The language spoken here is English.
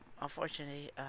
unfortunately